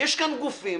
ויש כאן גופים,